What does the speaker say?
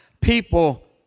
people